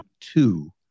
two